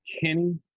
Kenny